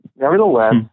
nevertheless